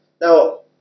Now